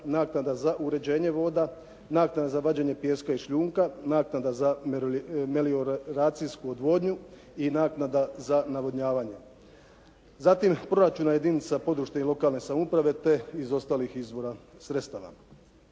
naknada za uređenje voda, naknada za vađenje pijeska i šljunka, naknada za melioracijsku odvodnju i naknada za navodnjavanje, zatim proračuna jedinica područne i lokalne samouprave te iz ostalih izvora sredstava.